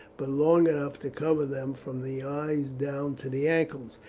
but long enough to cover them from the eyes down to the ankles,